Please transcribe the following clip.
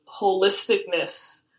holisticness